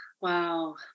wow